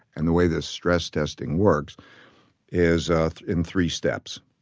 and the way the stress testing works is in three steps.